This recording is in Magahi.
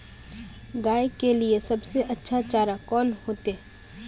गाय के लिए सबसे अच्छा चारा कौन होते?